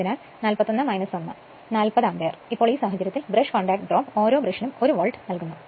അതിനാൽ 40 ആമ്പിയർ ഇപ്പോൾ ഈ സാഹചര്യത്തിൽ ബ്രഷ് കോൺടാക്റ്റ് ഡ്രോപ്പ് ഓരോ ബ്രഷിനും 1 വോൾട്ട് നൽകുന്നു